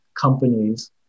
companies